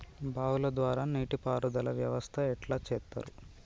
బావుల ద్వారా నీటి పారుదల వ్యవస్థ ఎట్లా చేత్తరు?